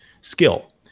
skill